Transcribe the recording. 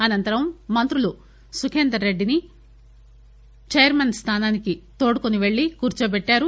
అనంతరం మంత్రులు సుఖేందర్ రెడ్డిని చైర్మన్ స్థానానికి తోడ్కొని పెళ్లి కూర్చొబెట్టారు